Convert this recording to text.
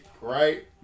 right